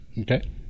Okay